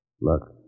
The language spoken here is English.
Look